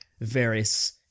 various